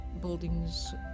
buildings